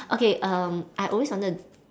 okay um I always wanted to